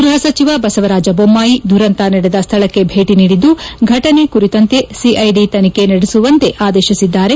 ಗೃಹಸಚಿವ ಬಸವರಾಜ ಬೊಮ್ಮಾಯಿ ದುರಂತ ನಡೆದ ಸ್ಥಳಕ್ಕೆ ಭೇಟಿ ನೀದಿದ್ದು ಘಟನೆ ಕುರಿತಂತೆ ಸಿಐದಿ ತನಿಖೆ ನಡೆಸುವಂತೆ ಆದೇಶಿಸಿದ್ದಾರೆ